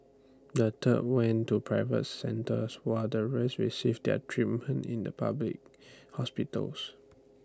third went to private centres while the rest received their treatment in the public hospitals